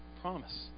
Promise